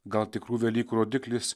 gal tikrų velykų rodiklis